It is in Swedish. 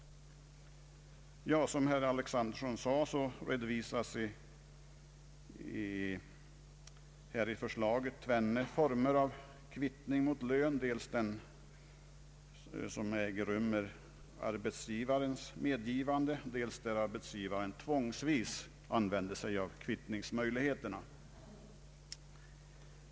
Som herr Alexanderson sade redovisas i propositionen tvenne former av kvittning mot lön, dels den som äger rum med arbetstagarens medgivande, dels den som arbetsgivaren tvångsvis använder sig av.